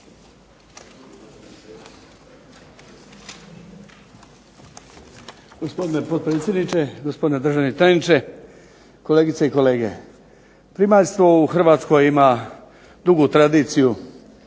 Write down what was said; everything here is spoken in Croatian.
Gospodine potpredsjedniče, gospodine državni tajniče, kolegice i kolege. Primaljstvo u Hrvatskoj ima dugu tradiciju,